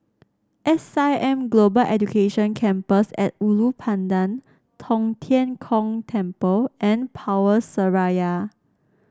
S I M Global Education Campus at Ulu Pandan Tong Tien Kung Temple and Power Seraya